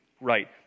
right